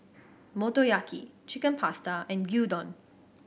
Motoyaki Chicken Pasta and Gyudon